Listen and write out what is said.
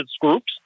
groups